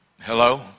Hello